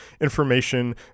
information